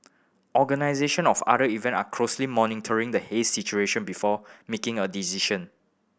organization of other event are closely monitoring the haze situation before making a decision